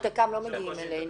תכ"ם לא מגיעים אלינו.